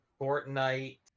Fortnite